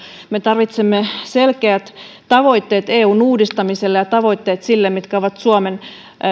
me tarvitsemme selkeät tavoitteet eun uudistamiselle ja ja tavoitteet sille mitkä ovat suomen